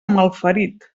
malferit